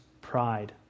pride